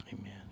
Amen